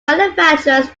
manufacturers